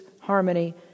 harmony